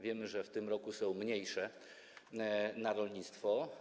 Wiemy, że w tym roku są mniejsze środki na rolnictwo.